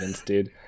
dude